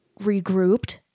regrouped